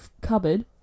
cupboard